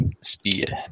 speed